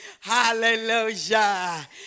Hallelujah